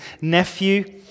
nephew